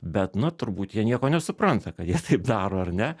bet na turbūt jie nieko nesupranta kad jie taip daro ar ne